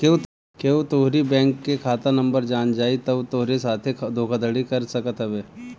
केहू तोहरी बैंक के खाता नंबर जान जाई तअ उ तोहरी साथे धोखाधड़ी कर सकत हवे